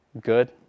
good